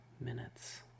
minutes